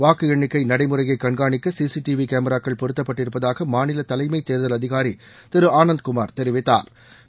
வாக்கு எண்ணிக்கை நடைமுறையை கண்காணிக்க சி சி டி வி காமிரக்கள் பொருத்தப்பட்டிருப்பதாக மாநில தலைமை தேர்தல் அதிகாாரி திரு ஆனந்த் குமாா் தெரிவித்தாா்